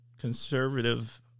conservative